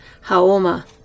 Haoma